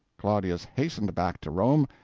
claudius hastened back to rome,